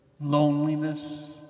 loneliness